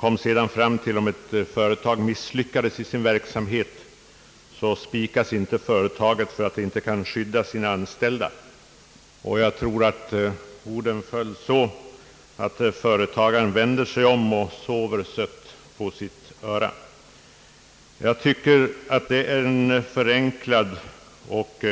Han sade sedan att om ett företag misslyckas i sin verksamhet så spikas inte företagaren för att han inte kan skydda sina anställda. Jag tror att orden därefter föll så, »att företagaren vänder sig om och sover sött på sitt öra». Jag tycker att det omdömet vittnar om en förenklad och